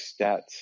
stats